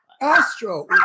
Astro